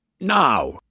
now